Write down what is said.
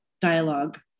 dialogue